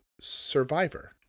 Survivor